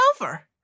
over